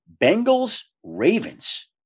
Bengals-Ravens